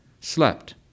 slept